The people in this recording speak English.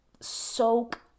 soak